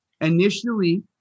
initially